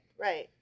right